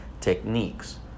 techniques